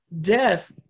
death